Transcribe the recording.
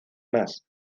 más